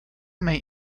may